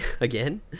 again